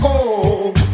home